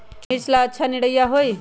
मिर्च ला अच्छा निरैया होई?